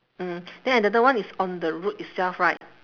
mm then another one is on the road itself right